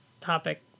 topic